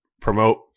promote